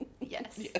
Yes